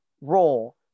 role